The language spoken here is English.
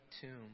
tomb